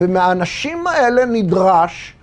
ומהאנשים האלה נדרש...